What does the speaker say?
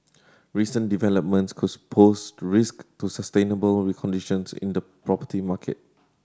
recent developments could suppose to risk to sustainable conditions in the property market